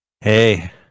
Hey